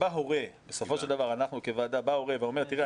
אבל כשבא הורה ואומר: תראה,